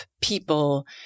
people